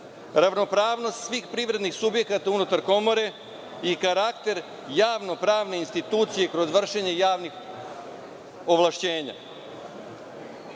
ravnopravnost svih privrednih subjekata unutar Komore i karakter javno-pravne institucije kroz vršenje javnih ovlašćenja.Za